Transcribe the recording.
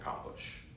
accomplish